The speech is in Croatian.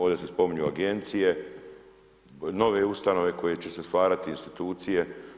Ovdje se spominju agencije, nove ustanove koje će se stvarati, institucije.